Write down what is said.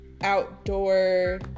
outdoor